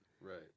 Right